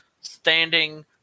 standing